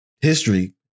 history